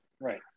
Right